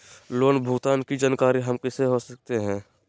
Loan भुगतान की जानकारी हम कैसे हो सकते हैं?